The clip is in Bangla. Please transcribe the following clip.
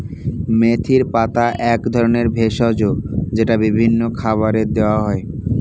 মেথির পাতা এক ধরনের ভেষজ যেটা বিভিন্ন খাবারে দেওয়া হয়